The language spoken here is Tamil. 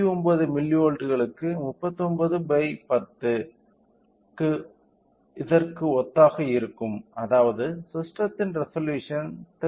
39 மில்லிவோல்ட்களுக்கு 3910 க்கு ஒத்ததாக இருக்கும் அதாவது ஸிஸ்டெத்தின் ரெசொலூஷன் 3